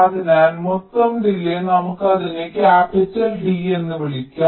അതിനാൽ മൊത്തം ഡിലേയ്യ് നമുക്ക് അതിനെ ക്യാപിറ്റൽ D എന്ന് വിളിക്കാം